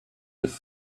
have